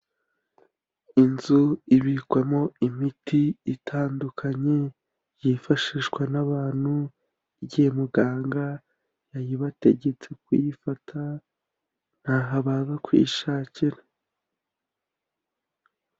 Inzu ibikwamo imiti itandukanye yifashishwa n'abantu igihe muganga yayibategetse kuyifata, ni aha baza kuyishakira.